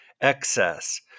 excess